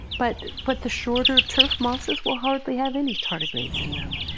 but but the shorter turf mosses will hardly have any tardigrades in them.